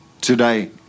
today